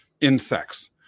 insects